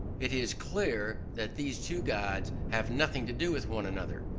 it is clear that these two gods. have nothing to do with one another.